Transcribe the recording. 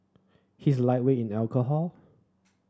he's lightweight in alcohol